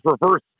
reverse